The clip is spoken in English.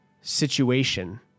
situation